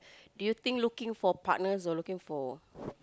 do you think looking for partners or looking for